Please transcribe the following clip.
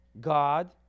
God